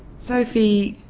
sophie,